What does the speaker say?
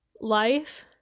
life